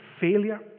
failure